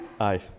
Aye